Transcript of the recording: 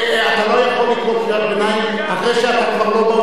אתה לא יכול לקרוא קריאת ביניים אחרי שאתה כבר לא באולם.